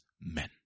men